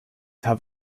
have